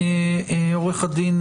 הזאת.